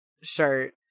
shirt